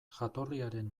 jatorriaren